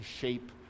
shape